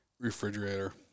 Refrigerator